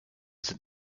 sind